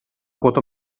quota